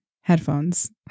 headphones